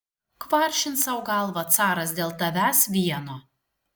kvaršins sau galvą caras dėl tavęs vieno